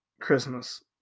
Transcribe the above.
christmas